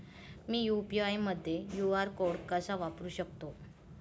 मी UPI मध्ये QR code कसा वापरु शकते?